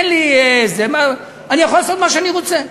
אני יכול לעשות מה שאני רוצה,